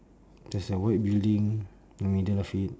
there's a white building the middle of it